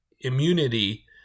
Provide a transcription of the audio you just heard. immunity